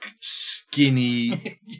skinny